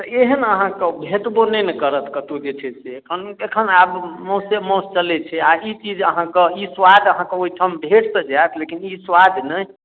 तऽ एहेन अहाँके भेटबो नहि ने करत कतौ जे छै से एखन एखन आब मौसे मासु चलै छै आ ई चीज अहाँके ई स्वाद अहाँके ओहिठाम भेट तऽ जायत लेकिन ई स्वाद नहि